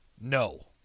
No